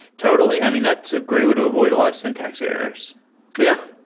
totally. i mean, that's a great way to avoid a lot of syntax errors yeah.